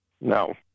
No